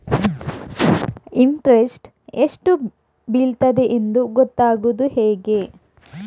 Interest ಎಷ್ಟು ಬೀಳ್ತದೆಯೆಂದು ಗೊತ್ತಾಗೂದು ಹೇಗೆ?